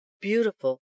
beautiful